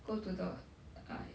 go to the I